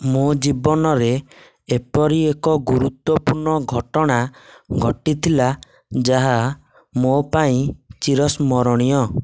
ମୋ ଜୀବନରେ ଏପରି ଏକ ଗୁରୁତ୍ଵପୂର୍ଣ୍ଣ ଘଟଣା ଘଟିଥିଲା ଯାହା ମୋ ପାଇଁ ଚୀର ସ୍ମରଣୀୟ